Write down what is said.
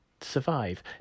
survive